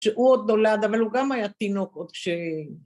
‫שהוא עוד נולד, ‫אבל הוא גם היה תינוק עוד כשהוא...